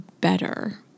better